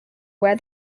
where